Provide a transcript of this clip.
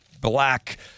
black